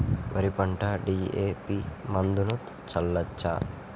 వరి పంట డి.ఎ.పి మందును చల్లచ్చా?